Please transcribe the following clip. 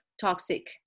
toxic